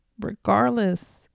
regardless